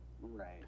right